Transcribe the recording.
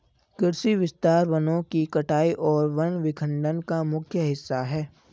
कृषि विस्तार वनों की कटाई और वन विखंडन का मुख्य हिस्सा है